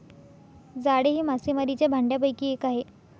जाळे हे मासेमारीच्या भांडयापैकी एक आहे